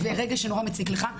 ורגש שנורא מציק לך,